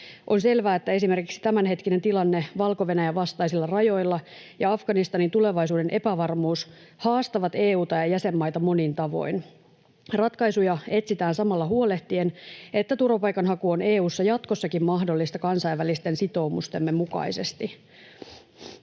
On selvää, että esimerkiksi tämänhetkinen tilanne Valko-Venäjän vastaisilla rajoilla ja Afganistanin tulevaisuuden epävarmuus haastavat EU:ta ja jäsenmaita monin tavoin. Ratkaisuja etsitään samalla huolehtien, että turvapaikanhaku on EU:ssa jatkossakin mahdollista kansainvälisten sitoumustemme mukaisesti.